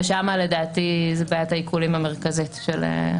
ושם לדעתי זוהי בעיית העיקולים המרכזית של הכספים האלה.